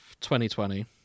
2020